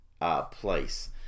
place